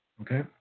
Okay